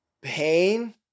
pain